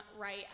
right